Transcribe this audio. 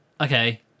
Okay